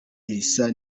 risa